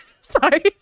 Sorry